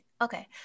Okay